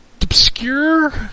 obscure